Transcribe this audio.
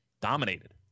dominated